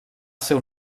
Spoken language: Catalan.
seu